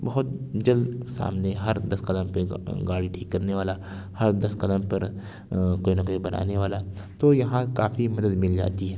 بہت جلد سامنے ہر دس قدم پہ گاڑی ٹھیک کرنے والا ہر دس قدم پر کوئی نہ کوئی بنانے والا تو یہاں کافی مدد مل جاتی ہے